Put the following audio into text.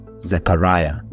Zechariah